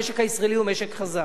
המשק הישראלי הוא משק חזק,